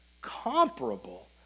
comparable